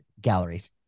galleries